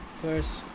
first